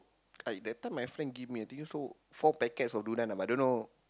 uh that time my friend give me I think so about four packets of durian lah but I don't know